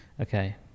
Okay